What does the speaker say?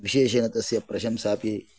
विशेषेण तस्य प्रशंसापि